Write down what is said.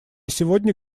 сегодня